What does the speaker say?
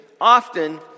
often